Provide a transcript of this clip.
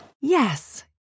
Yes